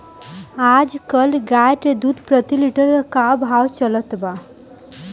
आज कल गाय के दूध प्रति लीटर का भाव चलत बा?